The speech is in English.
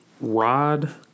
Rod